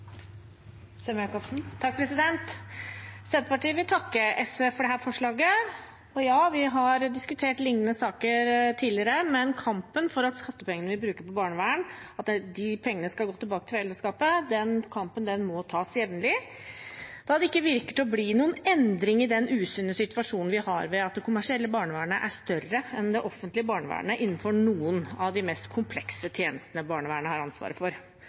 Senterpartiet vil takke SV for dette forslaget. Ja, vi har diskutert lignende saker tidligere, men kampen for at skattepengene vi bruker på barnevern, skal gå tilbake til fellesskapet, må tas jevnlig da det ikke ser ut til å bli noen endring i den usunne situasjonen vi har ved at det kommersielle barnevernet er større enn det offentlige barnevernet innenfor noen av de mest komplekse tjenestene barnevernet har ansvaret for.